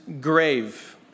grave